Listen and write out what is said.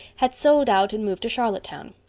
had sold out and moved to charlottetown.